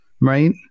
Right